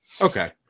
Okay